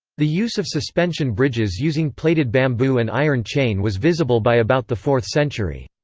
the use of suspension bridges using plaited bamboo and iron chain was visible by about the fourth century.